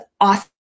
awesome